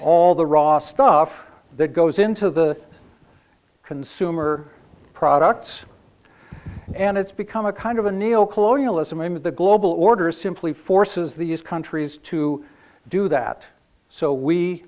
all the raw stuff that goes into the consumer products and it's become a kind of a neo colonialism of the global order simply forces these countries to do that so we